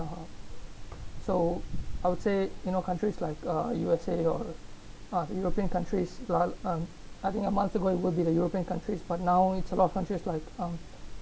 (uh huh) so I would say you know countries like uh U_S_A or uh european countries um I think a month ago it will be the european countries but now it's a lot of countries like um